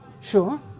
Sure